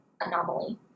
anomaly